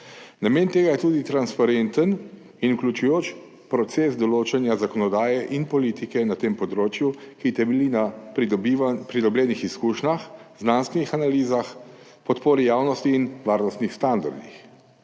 Namen tega je tudi transparenten in vključujoč proces določanja zakonodaje in politike na tem področju, ki temelji na pridobljenih izkušnjah, znanstvenih analizah, podpori javnosti in varnostnih standardih.